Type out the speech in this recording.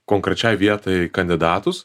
konkrečiai vietai kandidatus